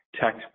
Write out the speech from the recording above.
tech